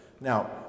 Now